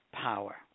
power